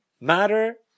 matter